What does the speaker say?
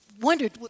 wondered